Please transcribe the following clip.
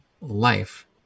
life